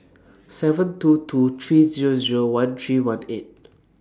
seven two two three Zero Zero one three one eight